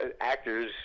actors